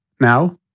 now